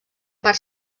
part